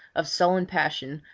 of sullen passion,